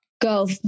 Go